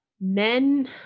men